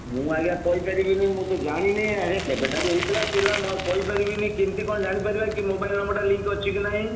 ମୁଁ ଆଜ୍ଞା କହିପାରିବିନି ମୁଁ ତ ଜାଣିନି ସେ କେବେଠାରୁ ହେଇଥିଲା ଥିଲା ମୁଁ ଆଉ କହିପାରିବିନି କେମିତି କ'ଣ ଜାଣିପାରିବା କି ମୋବାଇଲ୍ ନମ୍ବରଟା ଲିଙ୍କ୍ ଅଛିକି ନାଇଁ